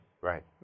Right